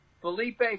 Felipe